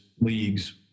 leagues